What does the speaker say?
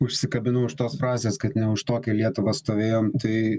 užsikabinu už tos frazės kad ne už tokią lietuvą stovėjom tai